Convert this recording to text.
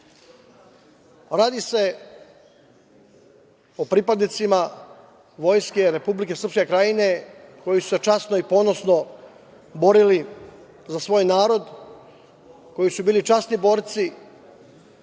se o pripadnicima Vojske Republike Srpske Krajine koji su se časno i ponosno borili za svoj narod, koji su bili časni borci,